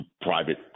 private